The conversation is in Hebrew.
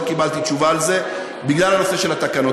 לא קיבלתי תשובה על זה בגלל הנושא הזה של התקנות.